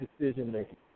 decision-making